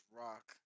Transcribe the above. rock